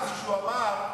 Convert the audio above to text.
אז כשהוא אמר,